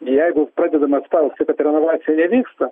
jeigu pradedama spausti kad pati renovacija nevyksta